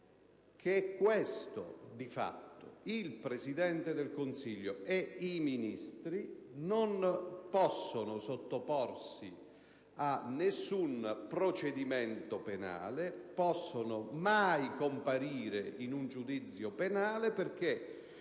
il Presidente del Consiglio e i Ministri non possono sottoporsi ad alcun procedimento penale, non possono mai comparire in un giudizio penale, perché